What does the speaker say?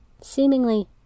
Seemingly